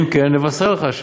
אם כן, נבשר לך.